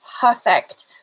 perfect